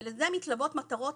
ולזה מתלוות מטרות